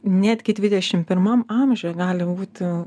netgi dvidešim pirmam amžiuj gali būti